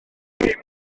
ddim